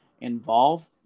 involved